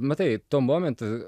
matai tuo momentu